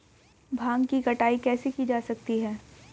भांग की कटाई कैसे की जा सकती है?